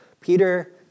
Peter